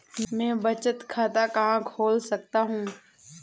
मैं बचत खाता कहाँ खोल सकता हूँ?